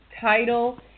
title